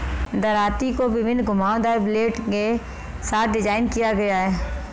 दरांती को विभिन्न घुमावदार ब्लेड के साथ डिज़ाइन किया गया है